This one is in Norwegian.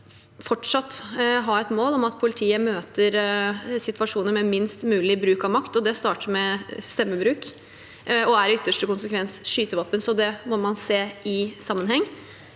Vi skal fortsatt ha et mål om at politiet møter situasjoner med minst mulig bruk av makt. Det starter med stemmebruk og er i ytterste konsekvens skytevåpen, så det må man se i sammenheng.